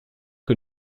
que